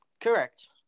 Correct